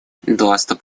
доступ